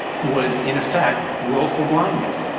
was in effect willful blindness.